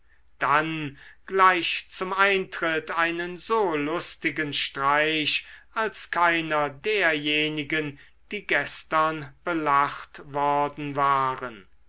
dann gleich zum eintritt einen so lustigen streich als keiner derjenigen die gestern belacht worden waren